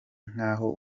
nkaho